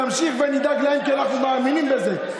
נמשיך ונדאג להם כי אנחנו מאמינים בזה.